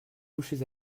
couché